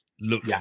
look